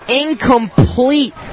incomplete